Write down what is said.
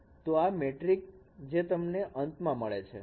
તો આ મેટ્રિક હાલ જ છે જે તમને અંતમાં મળે છે